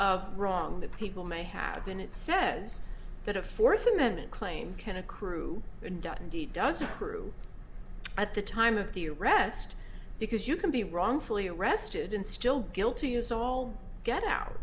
of wrong that people may have been it says that a fourth amendment claim can accrue indeed doesn't prove at the time of the arrest because you can be wrongfully arrested and still guilty as all get out